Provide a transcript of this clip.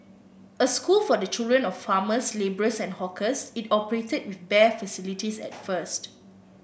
a school for the children of farmers labourers and hawkers it operated with bare facilities at first